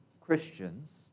Christians